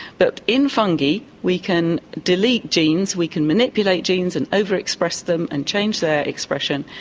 but in fungi we can delete genes, we can manipulate genes, and over-express them and change their expression.